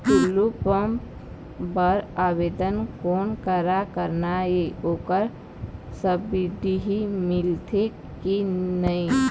Tullu pump बर आवेदन कोन करा करना ये ओकर सब्सिडी मिलथे की नई?